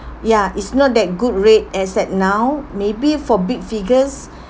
ya is not that good rate as at now maybe for big figures